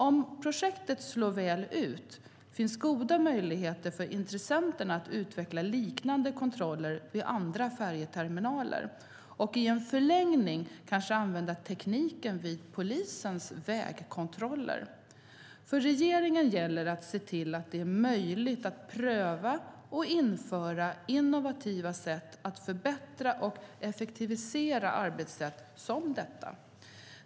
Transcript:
Om projektet slår väl ut finns goda möjligheter för intressenterna att utveckla liknande kontroller vid andra färjeterminaler och i en förlängning kanske använda tekniken vid polisens vägkontroller. För regeringen gäller det att se till att det är möjligt att pröva och införa innovativa sätt att förbättra och effektivisera arbetssätt som detta.